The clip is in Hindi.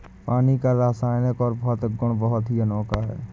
पानी का रासायनिक और भौतिक गुण बहुत ही अनोखा है